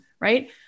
right